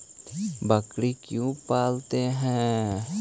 बकरी क्यों पालते है?